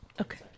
Okay